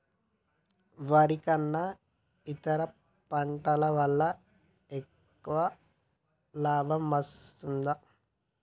వరి కన్నా ఇతర పంటల వల్ల ఎక్కువ లాభం వస్తదా?